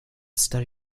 study